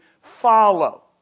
follow